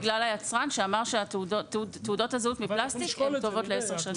זה בגלל היצרן שאמר שתעודות הזהות מפלסטיק טובות ל-10 שנים.